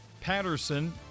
Patterson